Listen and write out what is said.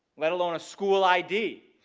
let alone a school id